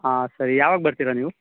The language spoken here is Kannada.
ಹಾಂ ಸರಿ ಯಾವಾಗ ಬರ್ತೀರಾ ನೀವು